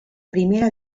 primera